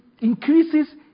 increases